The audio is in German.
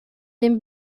den